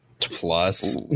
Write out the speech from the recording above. plus